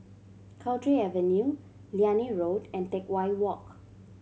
Cowdray Avenue Liane Road and Teck Whye Walk